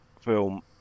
film